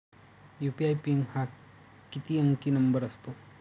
UPI PIN हा किती अंकी नंबर असतो?